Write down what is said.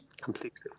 Completely